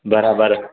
बराबरि